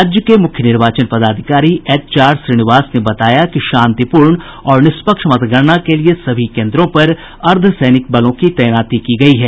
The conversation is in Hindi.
राज्य के मुख्य निर्वाचन पदाधिकारी एचआर श्रीनिवास ने बताया कि शांतिपूर्ण और निष्पक्ष मतगणना के लिए सभी केन्द्रों पर अर्द्वसैनिक बलों की तैनाती की गयी है